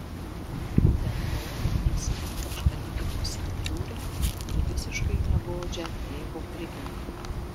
be to jis ypač atitiko santūrią ir visiškai negodžią tėvo prigimtį